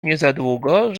niezadługo